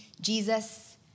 Jesus